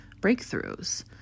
breakthroughs